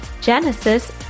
Genesis